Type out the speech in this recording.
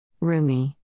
Rumi